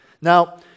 Now